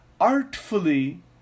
artfully